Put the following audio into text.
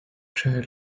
jailed